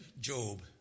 Job